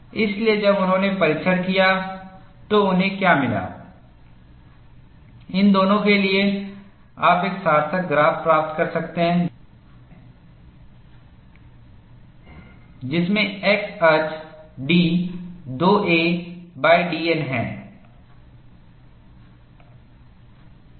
इसलिए जब उन्होंने परीक्षण किया तो उन्हें क्या मिला इन दोनों के लिए आप एक सार्थक ग्राफ प्राप्त कर सकते हैं जिसमें x अक्ष d dN है